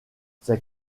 ses